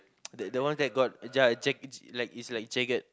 the the ones that got ya jag~ like it's like jagged